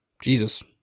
jesus